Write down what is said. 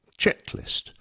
Checklist